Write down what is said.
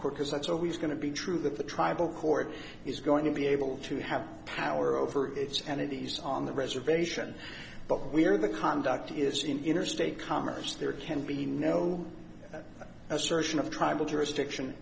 court because that's always going to be true that the tribal court is going to be able to have power over its and it is on the reservation but we're the conduct is in interstate commerce there can be no assertion of tribal jurisdiction